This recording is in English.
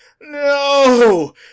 No